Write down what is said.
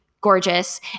gorgeous